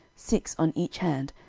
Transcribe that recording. six on each hand,